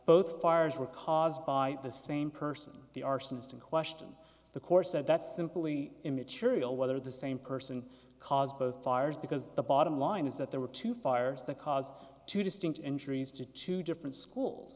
both fires were caused by the same person the arsonist in question the course that's simply immaterial whether the same person caused both fires because the bottom line is that there were two fires that caused two distinct injuries to two different schools